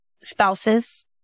spouses